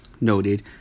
noted